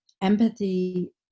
empathy